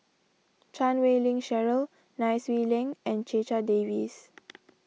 Chan Wei Ling Cheryl Nai Swee Leng and Checha Davies